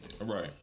Right